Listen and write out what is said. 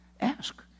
Ask